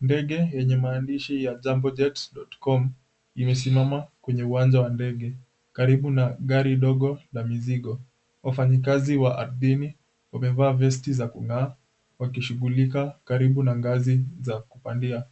Ndege yenye maandishi ya, Jambojet.com imesimama kwenye uwanja wa ndege karibu na gari ndogo la mizigo. Wafanyikazi wa ardhini wamevaa vesti za kung'aa wakishugulika karibu na ngazi za kupandia.